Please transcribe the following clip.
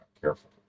careful